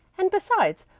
and, besides,